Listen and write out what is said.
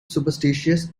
superstitious